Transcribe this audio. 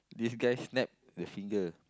this guy snap the finger